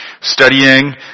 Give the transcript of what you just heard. studying